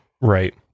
Right